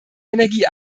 energie